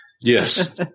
Yes